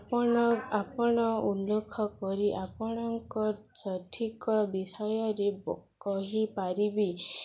ଆପଣ ଆପଣ ଉଲ୍ଲେଖ କରି ଆପଣଙ୍କ ସଠିକ ବିଷୟରେ କହିପାରିବି